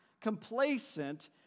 complacent